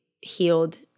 healed